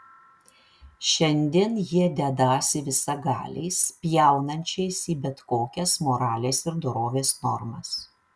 šiandien jie dedąsi visagaliais spjaunančiais į bet kokias moralės ir dorovės normas